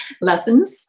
lessons